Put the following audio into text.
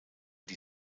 die